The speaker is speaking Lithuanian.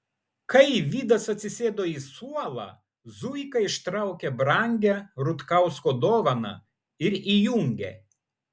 kai vidas atsisėdo į suolą zuika ištraukė brangią rutkausko dovaną ir įjungė